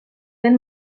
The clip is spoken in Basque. den